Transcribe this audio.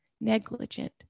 negligent